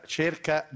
cerca